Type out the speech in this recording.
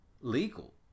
legal